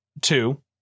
two